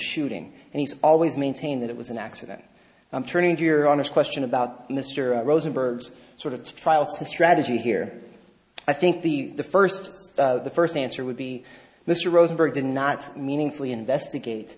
shooting and he's always maintained that it was an accident i'm turning your honest question about mr rosenberg's sort of trial strategy here i think the first the first answer would be mr rosenberg did not meaningfully investigate